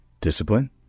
Discipline